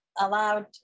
allowed